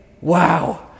wow